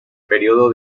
periodo